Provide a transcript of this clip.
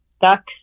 ducks